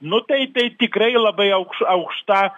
nu tai tai tikrai labai aukš aukšta